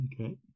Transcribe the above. Okay